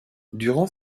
durant